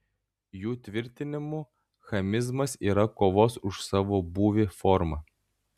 jų tvirtinimu chamizmas yra kovos už savo būvį forma